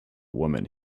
woman